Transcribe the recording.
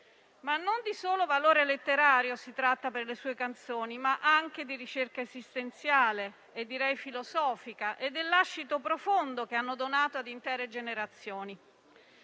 Ma non di solo valore letterario si tratta per le sue canzoni, bensì anche di ricerca esistenziale e direi filosofica e del lascito profondo che hanno donato ad intere generazioni.